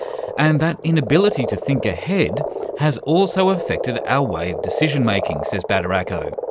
and that inability to think ahead has also affected our way of decision making, says badaracco.